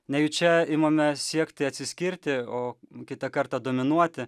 nejučia imame siekti atsiskirti o kitą kartą dominuoti